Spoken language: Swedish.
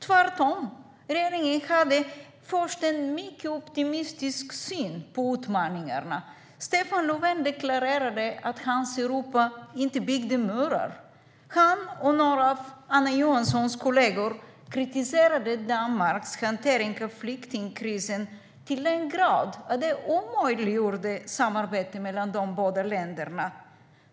Tvärtom hade regeringen först en mycket optimistisk syn på utmaningarna. Stefan Löfven deklarerade att hans Europa inte byggde murar. Han och några andra av Anna Johanssons kollegor kritiserade Danmarks hantering av flyktingkrisen till den grad att det omöjliggjorde samarbete mellan de båda länderna.